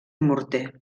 morter